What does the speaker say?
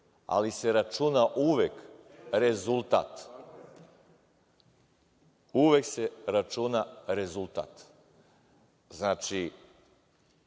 ali se računa uvek rezultat, uvek se računa rezultat. Znači,